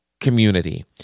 community